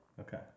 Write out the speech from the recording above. okay